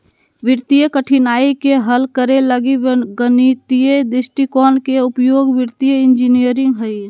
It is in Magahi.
वित्तीय कठिनाइ के हल करे लगी गणितीय दृष्टिकोण के उपयोग वित्तीय इंजीनियरिंग हइ